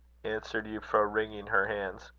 answered euphra, wringing her hands.